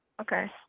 Okay